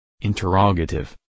Interrogative